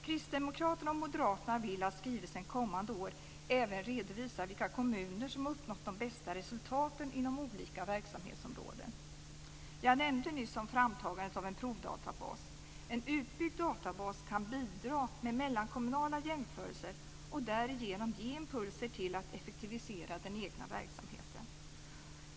Kristdemokraterna och moderaterna vill att skrivelsen kommande år även redovisar vilka kommuner som har uppnått de bästa resultaten inom olika verksamhetsområden. Jag nämnde nyss om framtagandet av en provdatabas. En utbyggd databas kan bidra med mellankommunala jämförelser och därigenom ge impulser till att effektivisera den egna verksamheten.